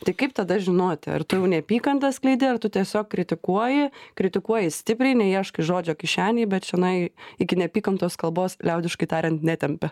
tai kaip tada žinoti ar tu jau neapykantą skleidi ar tu tiesiog kritikuoji kritikuoji stipriai neieškai žodžio kišenėj bet čionai iki neapykantos kalbos liaudiškai tariant netempia